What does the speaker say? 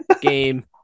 game